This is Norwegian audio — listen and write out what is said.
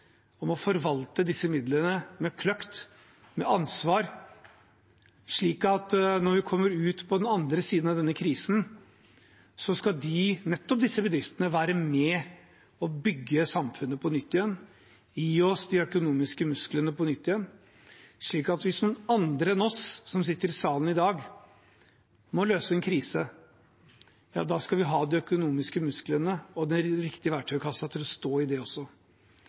om. Vi vedtar dette sammen med stor grad av tillit til dem som skal få pengene. De har nå et samfunnsansvar for å forvalte disse midlene med kløkt, med ansvar, slik at når vi kommer ut på den andre siden av denne krisen, skal nettopp disse bedriftene være med på å bygge samfunnet på nytt igjen, gi oss de økonomiske musklene på nytt igjen. Så hvis noen andre enn oss som sitter i salen i dag, må løse en krise, ja da skal vi ha de økonomiske musklene og